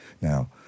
Now